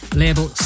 label